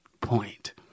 point